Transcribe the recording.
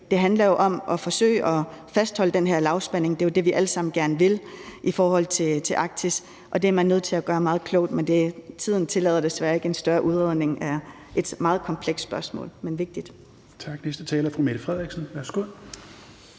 det handler jo om at forsøge at fastholde den her lavspænding. Det er jo det, vi alle sammen gerne vil i forhold til Arktis, og det er man nødt til at gøre meget klogt, men tiden tillader desværre ikke en større udredning af et meget komplekst, men vigtigt spørgsmål. Kl. 16:54 Fjerde næstformand